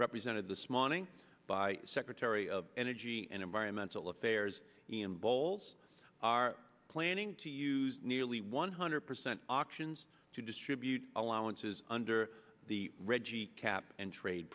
represented the smalling by secretary of energy and environmental affairs ian bowles are planning to use nearly one hundred percent auctions to distribute allowances under the reggie cap and trade